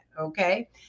okay